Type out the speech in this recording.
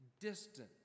distant